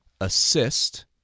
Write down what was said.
assist